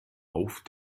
auf